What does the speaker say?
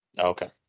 Okay